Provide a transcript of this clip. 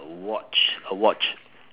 a watch a watch